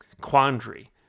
Quandary